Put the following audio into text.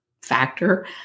factor